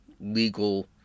legal